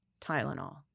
Tylenol